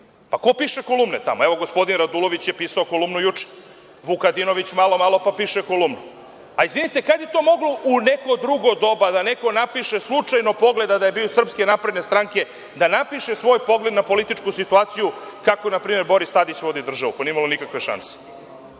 Ko piše kolumne tamo? Evo, gospodin Radulović je pisao kolumnu juče, Vukadinović malo, malo pa piše kolumnu. Izvinite, kad je to moglo u neko drugo doba da neko napiše, slučajno pogleda da je SNS, svoj pogled na političku situaciju kako npr. Boris Tadić vodi državu. To nije imalo nikakve šanse. Na